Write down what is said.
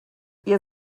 ihr